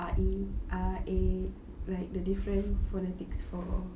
ah E ah A like the different phonetics for